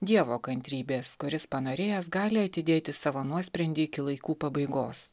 dievo kantrybės kuris panorėjęs gali atidėti savo nuosprendį iki laikų pabaigos